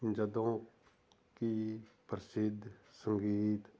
ਜਦੋਂ ਕਿ ਪ੍ਰਸਿੱਧ ਸੰਗੀਤ